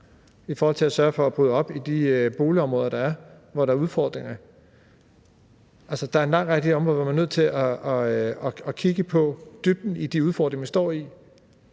i forhold til at sørge for at bryde op i de boligområder, hvor der er udfordringer. Der er en lang række af de områder, hvor vi er nødt til kigge på dybden i de udfordringer, vi står